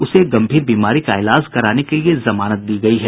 उसे गम्भीर बीमारी का इलाज कराने के जमानत दी गयी है